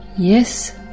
Yes